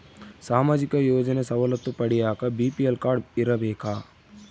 ಸಾಮಾಜಿಕ ಯೋಜನೆ ಸವಲತ್ತು ಪಡಿಯಾಕ ಬಿ.ಪಿ.ಎಲ್ ಕಾಡ್೯ ಇರಬೇಕಾ?